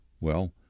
Well